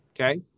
Okay